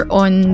on